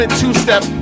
two-step